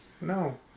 No